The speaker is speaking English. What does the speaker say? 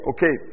Okay